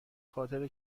خاطر